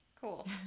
Cool